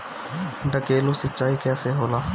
ढकेलु सिंचाई कैसे होला?